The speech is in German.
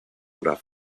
oder